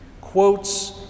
quotes